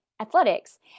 athletics